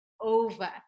over